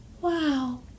Wow